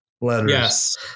letters